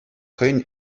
хӑйӗн